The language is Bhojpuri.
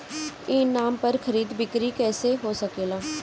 ई नाम पर खरीद बिक्री कैसे हो सकेला?